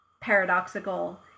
paradoxical